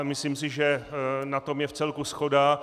Myslím si, že na tom je vcelku shoda.